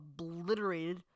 obliterated